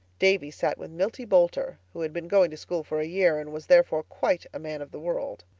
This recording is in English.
davy sat with milty boulter, who had been going to school for a year and was therefore quite a man of the world.